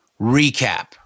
recap